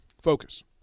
Focus